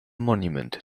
monument